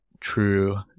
true